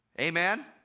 Amen